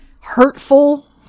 hurtful